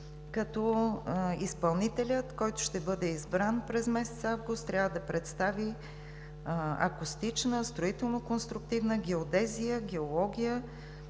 като изпълнителят, който ще бъде избран през месец август, трябва да представи: акустична, строително-конструктивна геодезия; геология